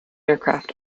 aircraft